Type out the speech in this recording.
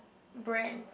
brand